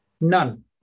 none